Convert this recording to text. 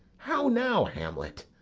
how now, hamlet!